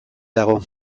dago